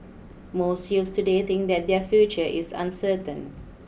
most youths today think that their future is uncertain